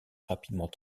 rapidement